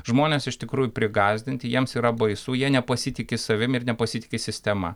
žmonės iš tikrųjų prigąsdinti jiems yra baisu jie nepasitiki savim ir nepasitiki sistema